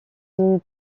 une